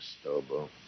Stobo